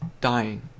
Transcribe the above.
Dying